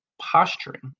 posturing